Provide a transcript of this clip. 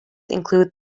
include